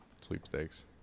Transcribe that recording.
sweepstakes